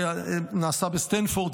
שנעשה בסטנפורד,